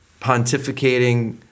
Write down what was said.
pontificating